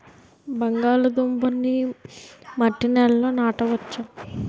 బంగాళదుంప నీ మట్టి నేలల్లో నాట వచ్చా?